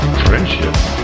friendship